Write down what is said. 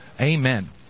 Amen